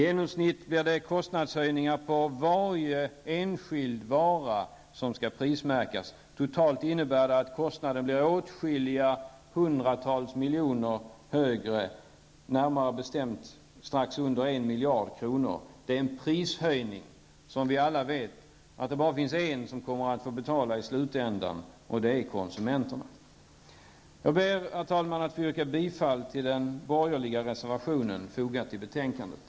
Det blir kostnadshöjningar på varje enskild vara som skall prismärkas, och totalt innebär det att kostnaden blir åtskilliga hundratals miljoner högre, närmare bestämt strax under en miljard kronor. Det är en prishöjning som vi alla vet att det bara finns en som får betala i slutändan, och det är konsumenten. Jag ber, herr talman, att få yrka bifall till den borgerliga reservationen 1, fogad till betänkandet.